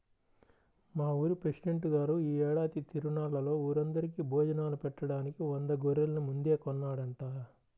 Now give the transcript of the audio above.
మా ఊరి పెసిడెంట్ గారు యీ ఏడాది తిరునాళ్ళలో ఊరందరికీ భోజనాలు బెట్టడానికి వంద గొర్రెల్ని ముందే కొన్నాడంట